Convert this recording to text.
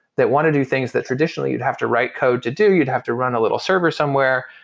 that want to do things that traditionally you'd have to write code to do, you'd have to run a little server somewhere.